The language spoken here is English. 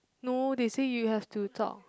no they say you have to talk